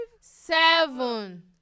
seven